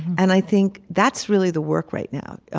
and i think that's really the work right now.